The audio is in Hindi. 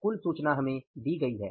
कुल सूचना हमें दी गई है